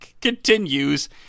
continues